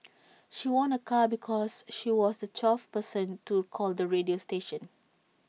she won A car because she was the twelfth person to call the radio station